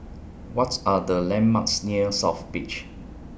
What Are The landmarks near South Beach